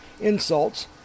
insults